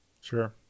Sure